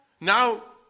Now